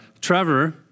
Trevor